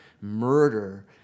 murder